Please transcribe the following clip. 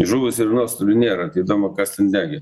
žuvusių ir nuostolių nėra tai įdomu kas ten degė